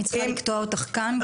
אני צריכה לקטוע אותך כאן.